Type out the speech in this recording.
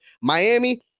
Miami